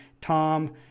Tom